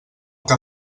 que